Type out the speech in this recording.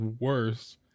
worse